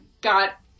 got